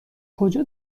کجا